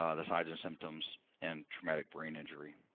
ah the signs and symptoms, and traumatic brain injury.